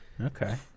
Okay